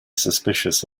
suspicious